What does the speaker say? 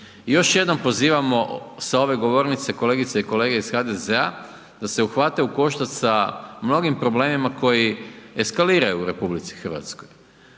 I još jednom pozivamo sa ove govornice, kolegice i kolege iz HDZ-a, da se uhvate u koštac sa mnogim problemima koji eskaliraju u RH. Od porasta